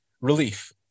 relief